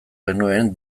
genuen